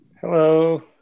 Hello